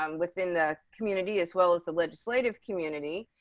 um within the community as well as the legislative community.